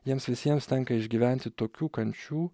jiems visiems tenka išgyventi tokių kančių